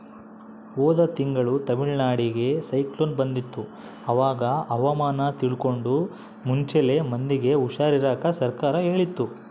ಹೋದ ತಿಂಗಳು ತಮಿಳುನಾಡಿಗೆ ಸೈಕ್ಲೋನ್ ಬಂದಿತ್ತು, ಅವಾಗ ಹವಾಮಾನ ತಿಳ್ಕಂಡು ಮುಂಚೆಲೆ ಮಂದಿಗೆ ಹುಷಾರ್ ಇರಾಕ ಸರ್ಕಾರ ಹೇಳಿತ್ತು